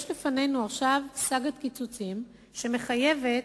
יש לפנינו עכשיו סאגת קיצוצים שמחייבת